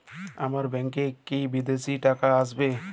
আমার ব্যংকে কি বিদেশি টাকা আসবে?